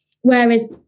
whereas